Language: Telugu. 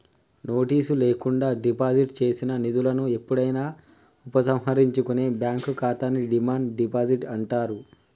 నోటీసు లేకుండా డిపాజిట్ చేసిన నిధులను ఎప్పుడైనా ఉపసంహరించుకునే బ్యాంక్ ఖాతాని డిమాండ్ డిపాజిట్ అంటారు